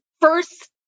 first